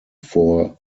four